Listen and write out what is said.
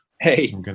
Hey